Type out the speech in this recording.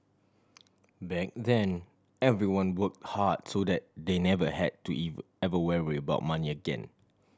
back then everyone work hard so that they never had to ever worry about money again